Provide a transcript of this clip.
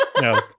No